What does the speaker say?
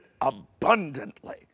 abundantly